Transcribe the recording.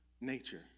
nature